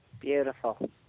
Beautiful